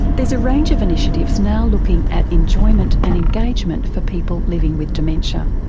there's a range of initiatives now looking at enjoyment and engagement for people living with dementia.